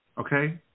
okay